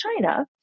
China